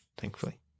thankfully